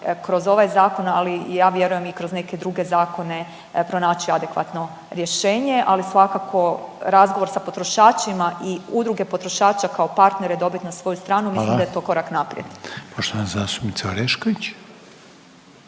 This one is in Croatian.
kroz ovaj zakon, ali ja vjerujem i kroz neke druge zakone pronaći adekvatno rješenje. Ali svakako razgovor sa potrošačima i udruge potrošača kao partnere dobiti na svoju stranku … …/Upadica Reiner: Hvala./… … mislim